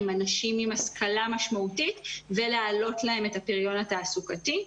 אנשים עם השכלה משמעותית ולהעלות להם את הפריון התעסוקתי.